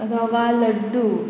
रवा laddoo